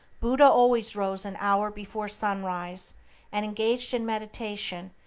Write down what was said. buddha always rose an hour before sunrise and engaged in meditation,